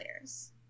layers